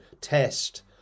test